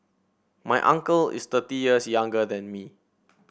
my uncle is thirty years younger than me